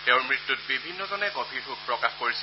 তেওঁৰ মৃত্যুত বিভিন্নজনে গভীৰ শোক প্ৰকাশ কৰিছে